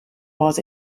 was